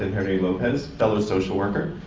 lopez fellow social worker.